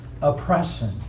oppression